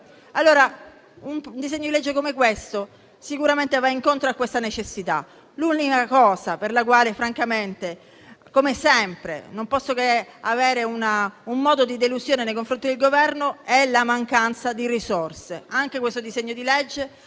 Un disegno di legge come quello in esame sicuramente va incontro a questa necessità. L'unica cosa per la quale, francamente, come sempre, non posso che avere un moto di delusione nei confronti del Governo è la mancanza di risorse: anche il disegno di legge